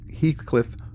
Heathcliff